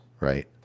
right